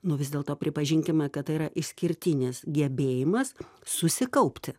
nu vis dėlto pripažinkime kad tai yra išskirtinis gebėjimas susikaupti